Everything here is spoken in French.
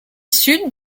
sud